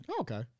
Okay